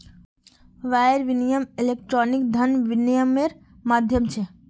wire विनियम electronic धन विनियम्मेर माध्यम छ